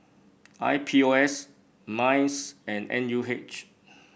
I P O S Minds and N U H